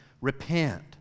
Repent